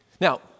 Now